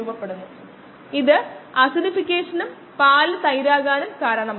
സമയം t 15 മിനിറ്റിന് തുല്യമാണ് s 16